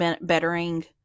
bettering